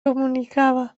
comunicava